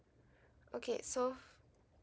okay so